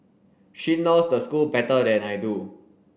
she knows the school better than I do